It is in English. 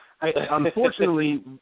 unfortunately